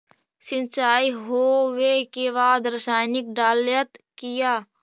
सीचाई हो बे के बाद रसायनिक डालयत किया?